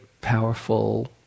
powerful